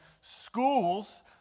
schools